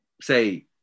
say